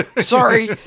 sorry